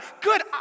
Good